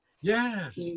Yes